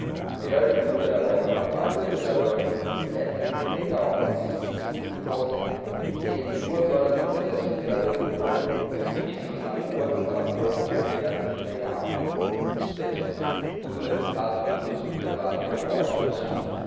melhor de tudo era logo aclamar o imperador dessem lhe cinqüenta homens vinte e cinco que fossem e se ele em duas horas não pusesse o imperador no trono e os ministros na rua estava pronto a perder a vida e a alma uns lesmas tudo levantado tudo sublevado ao norte e ao sul